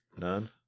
None